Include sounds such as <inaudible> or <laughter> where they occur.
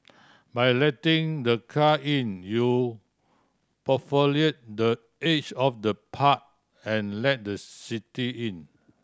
by letting the car in you <unintelligible> the edge of the park and let the city in